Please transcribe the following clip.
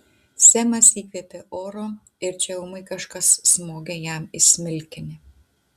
semas įkvėpė oro ir čia ūmai kažkas smogė jam į smilkinį